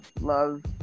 love